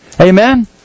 Amen